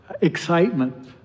excitement